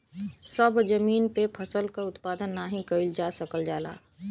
सभ जमीन पे फसल क उत्पादन नाही कइल जा सकल जाला